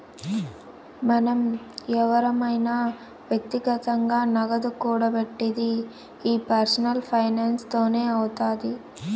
మనం ఎవురమైన వ్యక్తిగతంగా నగదు కూడబెట్టిది ఈ పర్సనల్ ఫైనాన్స్ తోనే అవుతాది